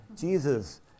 Jesus